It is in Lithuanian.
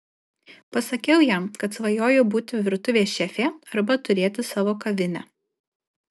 pasakiau jam kad svajoju būti virtuvės šefė arba turėti savo kavinę